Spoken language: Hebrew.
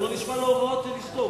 הוא לא נשמע להוראות של אשתו.